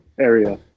area